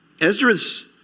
Ezra's